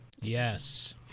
Yes